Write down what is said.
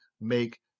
make